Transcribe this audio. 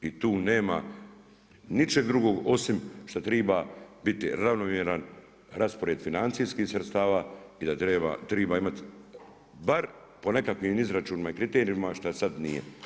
I tu nema ničeg drugog osim što triba biti ravnomjeran raspored financijskih sredstava i da triba imat bar po nekakvim izračunima i kriterijima šta sad nije.